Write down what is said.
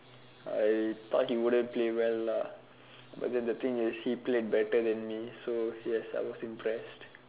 I thought he wouldn't play well lah but then the thing is he played better than me so yes I was impressed